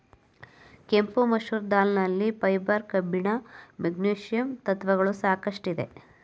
ಕೆಂಪು ಮಸೂರ್ ದಾಲ್ ನಲ್ಲಿ ಫೈಬರ್, ಕಬ್ಬಿಣ, ಮೆಗ್ನೀಷಿಯಂ ಸತ್ವಗಳು ಸಾಕಷ್ಟಿದೆ